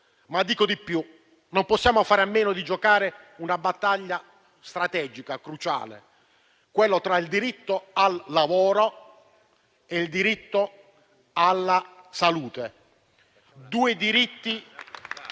Dico di più: non possiamo fare a meno di giocare una battaglia strategica e cruciale: quella tra il diritto al lavoro e il diritto alla salute, due diritti